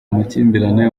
amakimbirane